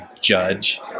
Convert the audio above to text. judge